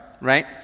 right